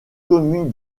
commune